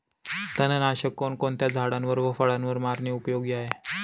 तणनाशक कोणकोणत्या झाडावर व फळावर मारणे उपयोगी आहे?